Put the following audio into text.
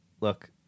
look